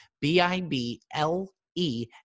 B-I-B-L-E